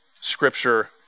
scripture